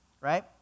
right